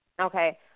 Okay